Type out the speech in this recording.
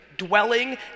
dwelling